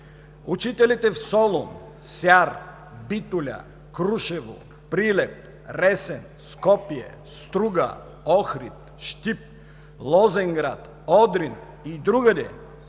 Учителите в Солун, Сяр, Битоля, Крушево, Прилеп, Ресен, Скопие, Струга, Охрид, Щип, Лозенград, Одрин и другаде,